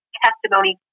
testimony